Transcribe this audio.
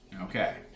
Okay